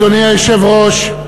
אדוני היושב-ראש,